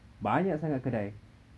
banyak sangat kedai